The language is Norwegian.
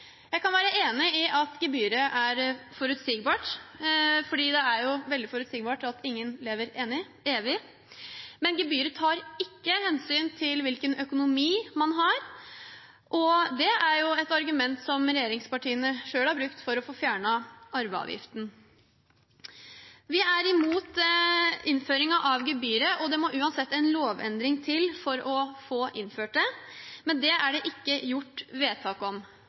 Jeg kan være enig i at gebyret er forutsigbart, fordi det er jo veldig forutsigbart at ingen lever evig. Men gebyret tar ikke hensyn til hvilken økonomi man har, og det er et argument som regjeringspartiene selv har brukt for å få fjernet arveavgiften. Vi er imot innføringen av gebyret, og det må uansett en lovendring til for å få innført det, men det er det ikke gjort vedtak om.